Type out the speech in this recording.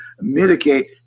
mitigate